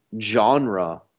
genre